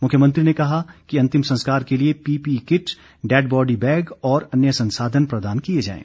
मुख्यमंत्री ने कहा कि अंतिम संस्कार के लिए पीपीई किट डैडबॉडी बैग और अन्य संसाधन प्रदान किए जाएं